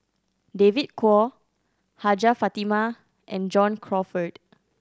David Kwo Hajjah Fatimah and John Crawfurd